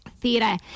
Theatre